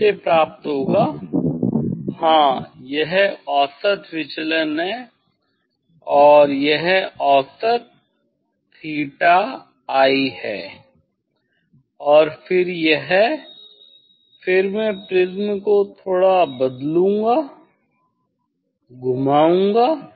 इस से प्राप्त होगा हाँ यह औसत विचलन है और यह औसत थीटा आई है और फिर यह फिर मैं प्रिज्म को थोड़ा बदलूंगा घुमाऊंगा